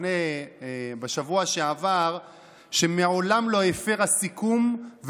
בשבוע שעבר שמעולם לא הפרה סיכום,